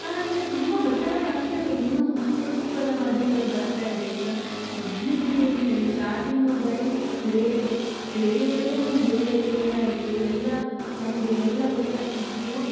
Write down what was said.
ಹಾಗಾಗಿ ಈಗ ತುಂಬಾ ಬದಲಾವಣೆ ಆಗ್ತಾ ಇದೆ ಇನ್ನೂ ಹೊಸತು ಹೊಸತು ಎಲ್ಲ ಮಾಧ್ಯಮಗಳು ಬರ್ತಾ ಇದೆ ಈಗ ಮೊದಲಿದ್ದದ್ದು ಏನು ಹೇಳಿ ಸ್ಟಾರ್ಟಿಂಗ್ ಬರೀ ಒಂದು ರೇಡಿಯೋ ರೇಡಿಯೋದಲ್ಲೇ ನಮಗೆ ಎಲ್ಲೆಲ್ಲಿ ಏನಾಯಿತು ಎಲ್ಲ ನಮಗೆ ಎಲ್ಲ ಗೊತ್ತಾಗ್ತಿದ್ದಿದ್ದು